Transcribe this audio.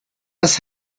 was